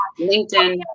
LinkedIn